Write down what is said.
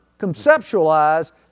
conceptualize